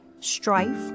strife